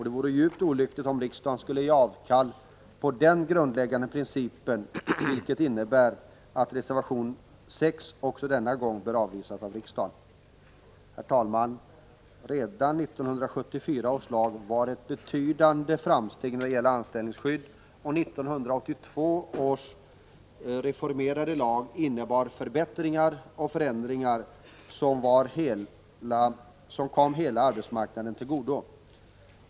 Det vore djupt olyckligt om riksdagen skulle ge avkall på den grundläggande principen, vilket innebär att reservation 6 bör avvisas av riksdagen. Herr talman! Redan 1974 års lag var ett betydande framsteg när det gäller anställningsskydd, och 1982 års reformerade lag innebar förbättringar och förändringar som kom hela arbetsmarknaden till godo.